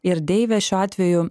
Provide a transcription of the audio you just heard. ir deivė šiuo atveju